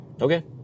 Okay